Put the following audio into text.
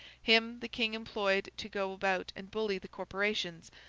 him the king employed to go about and bully the corporations,